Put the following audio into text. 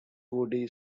woody